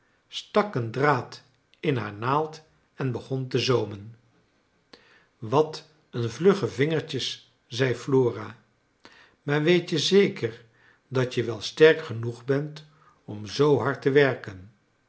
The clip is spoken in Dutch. een dra ad in haar naald en begon te zoom en j wat een vlugge vingertjes zei flora maar weet je zeker dat je wel sterk genoeg bent om zoo hard te werken